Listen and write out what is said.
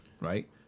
right